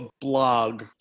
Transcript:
blog